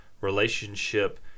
relationship